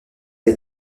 les